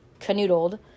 canoodled